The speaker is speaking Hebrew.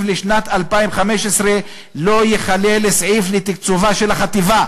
לשנת 2015 לא ייכלל סעיף לתקצובה של החטיבה.